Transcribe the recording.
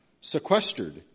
sequestered